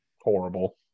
Horrible